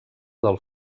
del